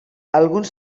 alguns